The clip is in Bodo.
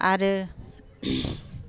आरो